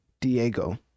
Diego